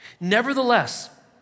Nevertheless